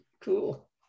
cool